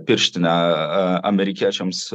pirštinę amerikiečiams